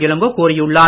இளங்கோ கோரியுள்ளார்